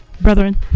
brethren